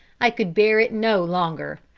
i could bear it no longer.